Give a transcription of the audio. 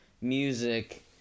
Music